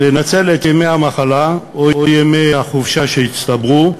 לנצל את ימי המחלה או ימי החופשה שהצטברו